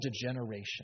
degeneration